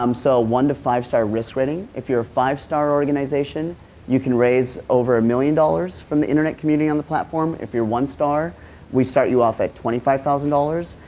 um so one to five star risk rating, if youire a five star organization you can raise over a million dollars from the internet community on the platform, if youire one star we start you off at twenty five thousand dollars.